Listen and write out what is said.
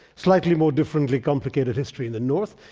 slightly more differently complicated history in the north.